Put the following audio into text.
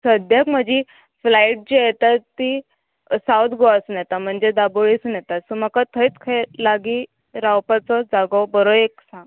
सद्द्याक म्हजी फ्लायट जी येता ती सावथ गोवासून येता म्हणजे दाबोळेसून येता सो म्हाका थंयच खंय लागी रावपाचो जागो बरो एक सांग